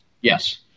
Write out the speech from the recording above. Yes